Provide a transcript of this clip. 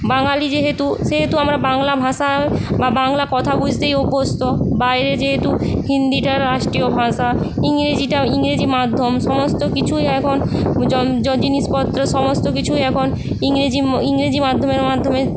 বাঙালি যেহেতু সেহেতু আমরা বাংলা ভাষা বা বাংলা কথা বুঝতেই অভ্যস্ত বাইরে যেহেতু হিন্দিটা রাষ্ট্রীয় ভাষা ইংরেজিটাও ইংরেজি মাধ্যম সমস্ত কিছুই এখন জিনিসপত্র সমস্ত কিছুই এখন ইংরেজি ইংরেজি মাধ্যমের মাধ্যমে